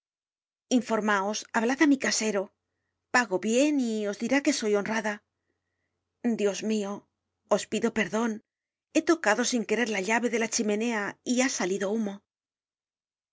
hablad á mi casero pago bien y os dirá que soy honrada dios mio os pido perdon he tocado sin querer la llave de la chimenea y ha salido el humo